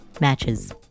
matches